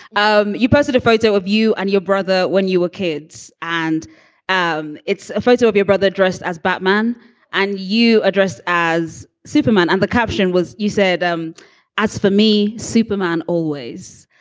um you posted a photo of you and your brother when you were kids. and um it's a photo of your brother dressed as batman and you dressed as superman. and the caption was. you said, um that's for me. superman always.